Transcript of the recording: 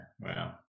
wow